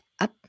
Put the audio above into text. up